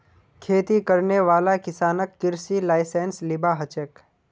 खेती करने वाला किसानक कृषि लाइसेंस लिबा हछेक